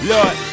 Lord